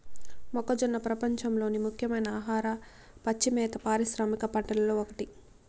మొక్కజొన్న ప్రపంచంలోని ముఖ్యమైన ఆహార, పచ్చి మేత పారిశ్రామిక పంటలలో ఒకటి